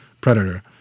predator